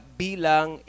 bilang